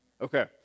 Okay